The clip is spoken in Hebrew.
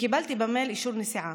וקיבלתי במייל אישור נסיעה.